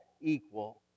equal